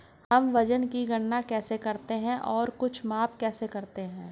हम वजन की गणना कैसे करते हैं और कुछ माप कैसे करते हैं?